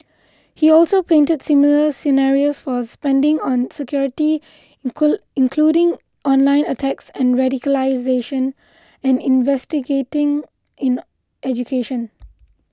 he also painted similar scenarios for spending on security including online attacks and radicalisation and investigating in education